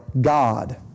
God